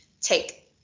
take